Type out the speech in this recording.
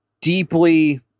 deeply